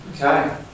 Okay